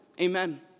Amen